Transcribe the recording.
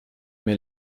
mir